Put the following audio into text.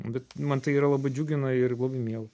bet man tai yra labai džiugina ir labai miela